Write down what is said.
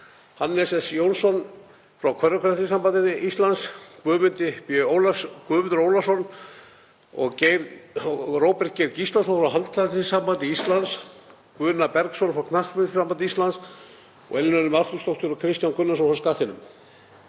Hannes S. Jónsson frá Körfuknattleikssambandi Íslands, Guðmund B. Ólafsson og Róbert Geir Gíslason frá Handknattleikssambandi Íslands, Guðna Bergsson frá Knattspyrnusambandi Íslands og Elínu Ölmu Arthursdóttur og Kristján Gunnarsson frá Skattinum.